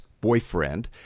boyfriend